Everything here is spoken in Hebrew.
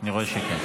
אני רואה שכן.